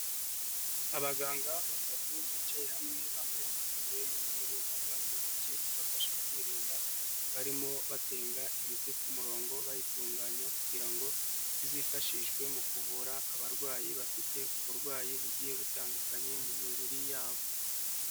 Abaganga batatu bicaye hamwe bambaye amataburiya y'umweru na ga mu ntoki zibafasha kwirinda, barimo batenga imiti ku murongo bayitunganya kugira ngo izifashishwe mu kuvura abarwayi bafite uburwayi bugiye butandukanye mu mibiri yabo.